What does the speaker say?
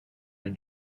and